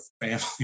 family